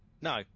No